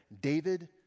David